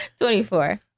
24